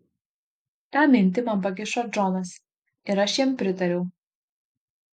tą minti man pakišo džonas ir aš jam pritariau